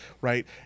right